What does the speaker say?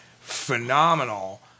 phenomenal